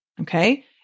Okay